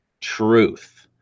truth